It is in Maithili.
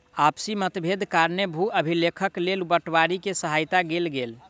आपसी मतभेदक कारणेँ भू अभिलेखक लेल पटवारी के सहायता लेल गेल